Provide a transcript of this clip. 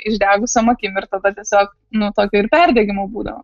išdegusiom akim ir tada tiesiog nu tokio ir perdegimo būdavo